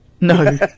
No